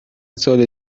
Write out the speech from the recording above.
سال